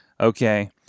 Okay